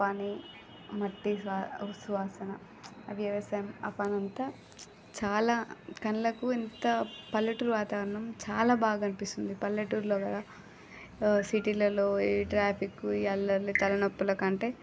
ఆ పని మట్టి సు సువాసన ఆ వ్యవసాయం ఆ పనంతా చాలా కళ్ళకు ఎంత పల్లెటూరి వాతావరణం చాలా బాగా అనిపిస్తుంది పల్లెటూరులో కదా సిటీలలో ఈ ట్రాఫిక్ ఈ అల్లర్లు తలనొప్పుల కంటే